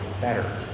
better